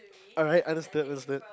alright understood understood